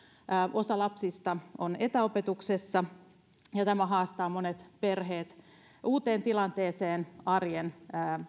osa lapsista on etäopetuksessa ja tämä haastaa monet perheet uuteen tilanteeseen arjen